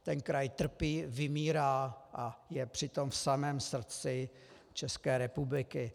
Ten kraj trpí, vymírá a je přitom v samém srdci České republiky.